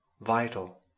vital